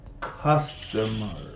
customer